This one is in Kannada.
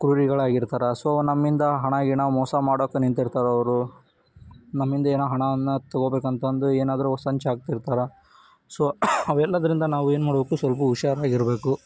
ಕ್ರೂರಿಗಳಾಗಿರ್ತಾರೆ ಸೊ ನಮ್ಮಿಂದ ಹಣ ಗಿಣ ಮೋಸ ಮಾಡೋಕೆ ನಿಂತಿರ್ತಾರೆ ಅವರು ನಮ್ಮಿಂದ ಏನು ಹಣವನ್ನು ತಗೊಳ್ಬೇಕು ಅಂತಂದು ಏನಾದರೂ ಸಂಚು ಹಾಕ್ತಿರ್ತಾರೆ ಸೊ ಅವೆಲ್ಲದರಿಂದ ನಾವು ಏನು ಮಾಡಬೇಕು ಸ್ವಲ್ಪ ಹುಷಾರಾಗಿರ್ಬೇಕು